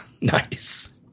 Nice